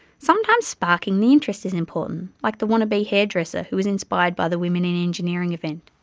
sometimes sparking the interest is important, like the wannabe hairdresser who was inspired by the women in engineering event.